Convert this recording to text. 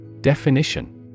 Definition